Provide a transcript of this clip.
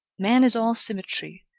man is all symmetry,